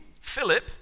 Philip